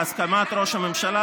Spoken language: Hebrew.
בהסכמת ראש הממשלה,